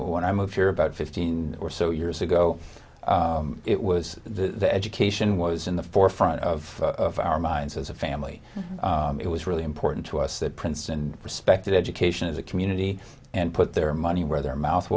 when i moved here about fifteen or so years ago it was the education was in the forefront of our minds as a family it was really important to us that princeton respected education as a community and put their money where their mouth